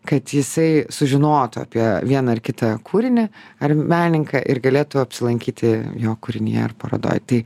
kad jisai sužinotų apie vieną ar kitą kūrinį ar menininką ir galėtų apsilankyti jo kūrinyje ar parodoj tai